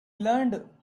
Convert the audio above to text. learned